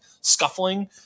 scuffling